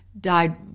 died